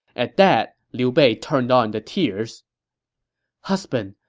at that, liu bei turned on the tears husband,